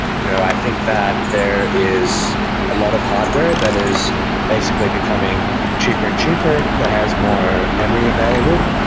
you know i think that there is a lot of hardware that is basically becoming cheaper and cheaper, that has more memory available.